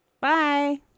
Bye